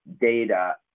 data